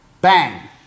Bang